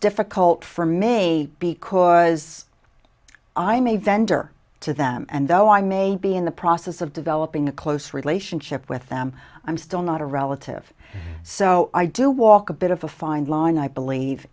difficult for may be could i'm a vendor to them and though i may be in the process of developing a close relationship with them i'm still not a relative so i do walk a bit of a fine line i believe